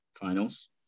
finals